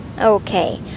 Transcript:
Okay